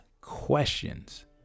questions